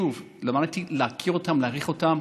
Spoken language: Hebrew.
שוב, למדתי להכיר אותם, להעריך אותם.